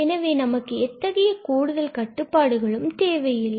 எனவே நமக்கு எத்தகைய கூடுதல் கட்டுப்பாடுகளும் தேவை இல்லை